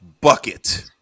Bucket